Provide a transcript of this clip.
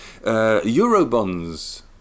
Eurobonds